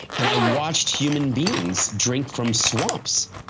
and i watched human beings drink from swamps,